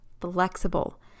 flexible